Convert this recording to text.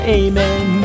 amen